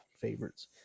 favorites